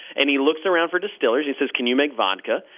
and he looks around for distillers. he says, can you make vodka?